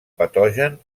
patogen